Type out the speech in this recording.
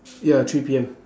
ya three P_M